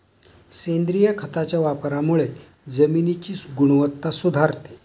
सेंद्रिय खताच्या वापरामुळे जमिनीची गुणवत्ता सुधारते